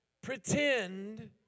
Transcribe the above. Pretend